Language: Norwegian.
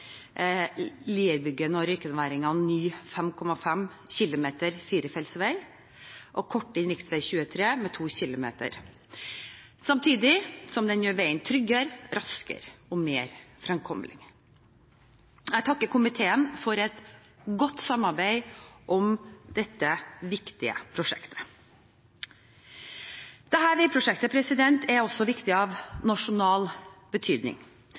Lierbygdene og røykenværingene ny 5,5 km firefelts vei, korte inn rv. 23 med 2 km, samtidig som den gjør veien tryggere, raskere og mer fremkommelig. Jeg takker komiteen for et godt samarbeid om dette viktige prosjektet. Dette veiprosjektet er også av nasjonal betydning,